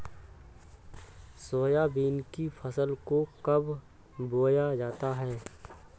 Soybean की फसल को कब बोया जाता है?